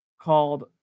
called